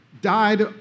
died